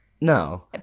no